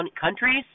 countries